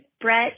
Brett